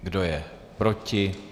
Kdo je proti?